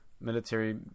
Military